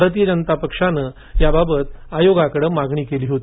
भारतीय जनता पक्षाने याबाबत आयोगाकडे मागणी केली होती